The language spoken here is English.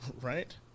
right